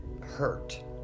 hurt